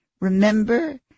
Remember